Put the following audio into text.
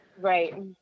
Right